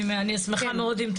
אני אשמח מאוד.